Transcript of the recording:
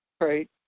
right